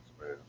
man